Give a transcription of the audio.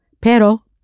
pero